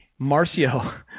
Marcio